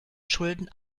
schulden